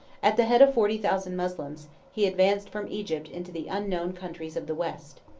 at the head of forty thousand moslems, he advanced from egypt into the unknown countries of the west.